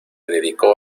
dedicó